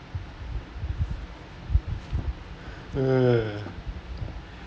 uh